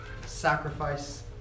sacrifice